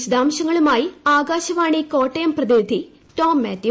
വിശദാംശങ്ങളുമായി ആകാശവാണി കോട്ടയം പ്രതിനിധി ടോം മാത്യു